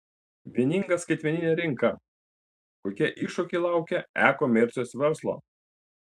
vieninga skaitmeninė rinka kokie iššūkiai laukia e komercijos verslo